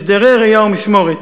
הסדרי ראייה ומשמורת.